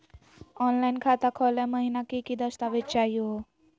Online खाता खोलै महिना की की दस्तावेज चाहीयो हो?